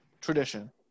tradition